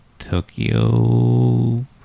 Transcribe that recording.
Tokyo